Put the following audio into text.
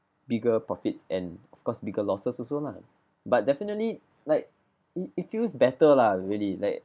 bigger profits and of course bigger losses also lah but definitely like it it feels better lah really like